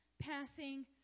passing